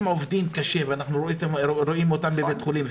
הם עובדים קשה ואנחנו רואים אותם בבתי החולים,